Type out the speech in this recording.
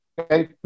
okay